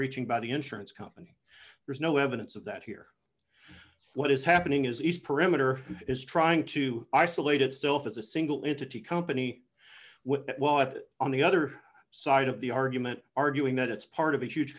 reaching by the insurance company there's no evidence of that here what is happening is east perimeter is trying to isolate itself as a single it's a t company with what on the other side of the argument arguing that it's part of a huge